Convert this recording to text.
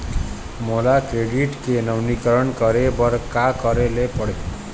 मोला क्रेडिट के नवीनीकरण करे बर का करे ले पड़ही?